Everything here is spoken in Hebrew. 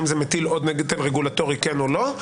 האם זה מטיל עוד נטל רגולטורי כן או לא?